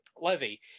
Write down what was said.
Levy